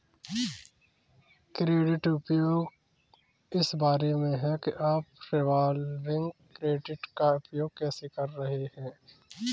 credit उपयोग इस बारे में है कि आप रिवॉल्विंग क्रेडिट का उपयोग कैसे कर रहे हैं